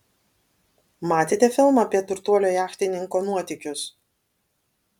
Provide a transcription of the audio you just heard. matėte filmą apie turtuolio jachtininko nuotykius